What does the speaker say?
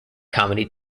comedy